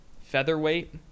Featherweight